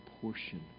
portion